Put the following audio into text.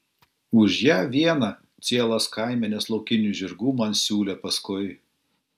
už ją vieną cielas kaimenes laukinių žirgų man siūlė paskui